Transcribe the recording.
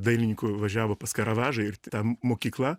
dailininkų važiavo pas karavadžą ir ta mokykla